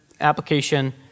application